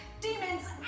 demons